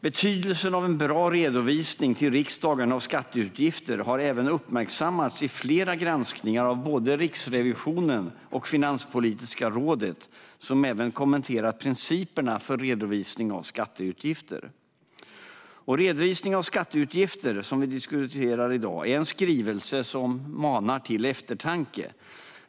Betydelsen av en bra redovisning till riksdagen av skatteutgifter har även uppmärksammats i flera granskningar av Riksrevisionen och Finanspolitiska rådet, som även har kommenterat principerna för redovisning av skatteutgifter. Redovisning av skatteutgifter 2018 , som vi alltså diskuterar i dag, är en skrivelse som manar till eftertanke.